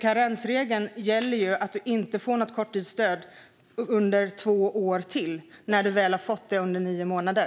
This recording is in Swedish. Karensregeln innebär ju att man inte får något korttidsstöd under de följande två åren när man väl har haft det under nio månader.